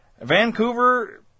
Vancouver